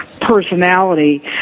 personality